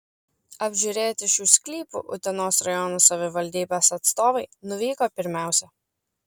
apžiūrėti šių sklypų utenos rajono savivaldybės atstovai nuvyko pirmiausia